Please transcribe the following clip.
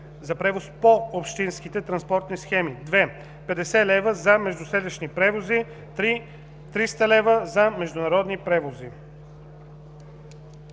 за превози по общинските транспортни схеми; 2. 50 лв. - за междуселищни превози; 3. 300 лв. - за международни превози.“